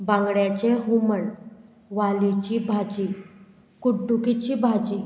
बांगड्याचें हुमण वालीची भाजी कुड्डुकीची भाजी